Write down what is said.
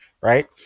right